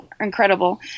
incredible